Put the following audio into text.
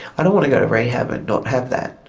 i don't want to go to rehab and not have that.